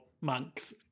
monks